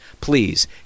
Please